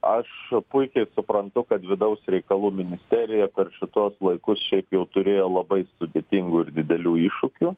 aš puikiai suprantu kad vidaus reikalų ministerija per šituos laikus šiaip jau turėjo labai sudėtingų ir didelių iššūkių